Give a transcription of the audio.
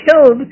killed